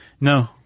No